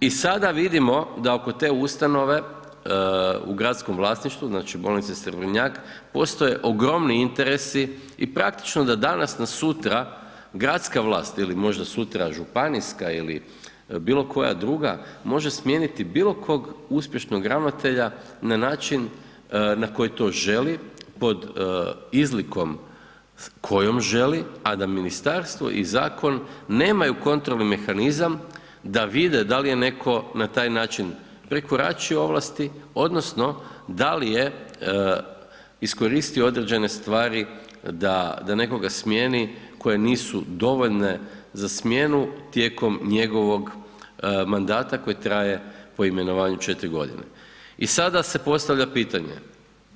I sada vidimo da oko te ustanove u gradskom vlasništvu, znači bolnice Srednjak postoje ogromni interesi i praktično da danas na sutra gradska vlast ili možda sutra, županijska ili bilo koja druga, može smijeniti bilo kog uspješnog ravnatelja na način na koji to želi pod izlikom kojom želi, a da ministarstvo i zakon nemaju kontrolni mehanizam da vide da li je netko na taj način prekoračio ovlasti odnosno, da li je iskoristio određene stvari da nekoga smijeni koje nisu dovoljne za smjenu tijekom njegovog mandata koji traje po imenovanju 4 g. I sada se postavlja pitanje,